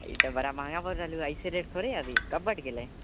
ई तऽ बड़ा महंगा बोल रहलौ एहिसे रेट थोरी ह अभि कब बढ़ि गेलै